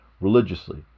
religiously